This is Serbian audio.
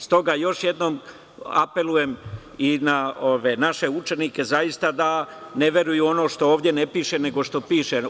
Stoga još jednom apelujem i na naše učenike da ne veruju u ono što ovde ne piše, nego što piše.